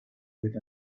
with